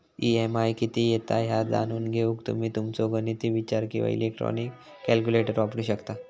EMI किती येता ह्या जाणून घेऊक तुम्ही तुमचो गणिती विचार किंवा इलेक्ट्रॉनिक कॅल्क्युलेटर वापरू शकता